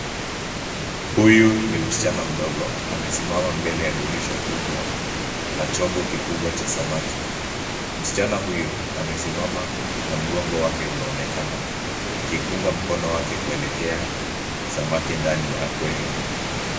Huyu ni msichana mdogo, amesimama mbele ya dirisha kubwa la chombo kikubwa cha samaki. Msichana huyo amesimama na mgongo wake unaonekana akipunga mkono wake kuelekea samaki ndani ya aquarium .